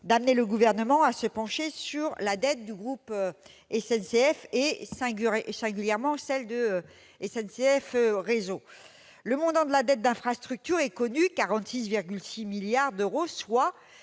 d'amener le Gouvernement à se pencher sur la dette du groupe SNCF et, singulièrement, celle de SNCF Réseau ! Le montant de la dette d'infrastructures est connu : 46,6 milliards d'euros, soit